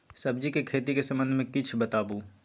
सब्जी के खेती के संबंध मे किछ बताबू?